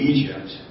Egypt